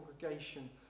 congregation